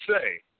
say